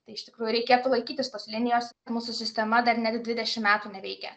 tai iš tikrųjų reikėtų laikytis tos linijos mūsų sistema dar net dvidešim metų neveikia